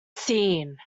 seen